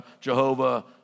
Jehovah